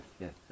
yes